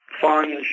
Fun